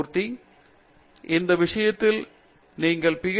மூர்த்தி சரி அந்த விஷயத்தில் சரி நீங்கள் பி